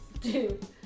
Dude